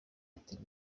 metero